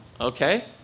Okay